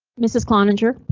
mrs cloninger.